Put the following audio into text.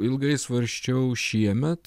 ilgai svarsčiau šiemet